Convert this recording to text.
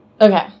Okay